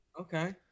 Okay